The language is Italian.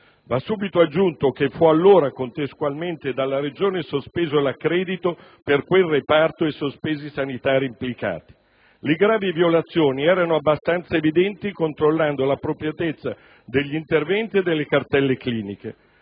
Va subito aggiunto che dalla Regione fu allora, contestualmente, sospeso l'accredito per quel reparto e sospesi i sanitari implicati. Le gravi violazioni erano abbastanza evidenti controllando l'appropriatezza degli interventi e delle cartelle cliniche.